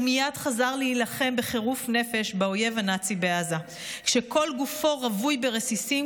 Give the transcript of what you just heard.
ומייד חזר להילחם בחירוף נפש באויב הנאצי בעזה כשכל גופו רווי ברסיסים,